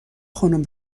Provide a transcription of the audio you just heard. خانم